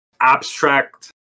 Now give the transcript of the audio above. abstract